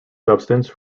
substance